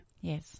Yes